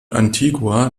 antigua